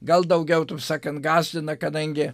gal daugiau taip sakant gąsdina kadangi